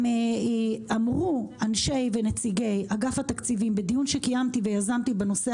גם אמרו אנשי ונציגי אגף התקציבים בדיון שקיימתי ויזמתי בנושא